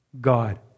God